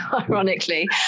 ironically